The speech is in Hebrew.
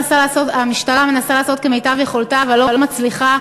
המשטרה מנסה לעשות כמיטב יכולתה אבל לא מצליחה.